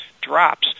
drops